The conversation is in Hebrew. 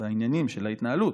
בעניינים של ההתנהלות,